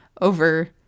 over